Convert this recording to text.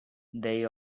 they